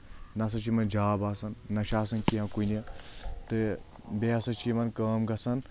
نسا چھُ یِمَن جاب آسان نہ چھُ آسان کینٛہہ کُنہِ تہٕ بیٚیہِ ہسا چھِ یِمن کٲم گژھان